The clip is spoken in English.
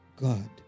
God